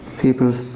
people